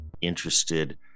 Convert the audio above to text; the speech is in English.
interested